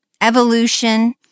evolution